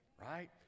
right